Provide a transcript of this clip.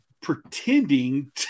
pretending